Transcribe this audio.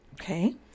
Okay